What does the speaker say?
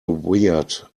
weird